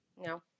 No